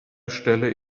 stelle